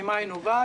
ממה היא נובעת.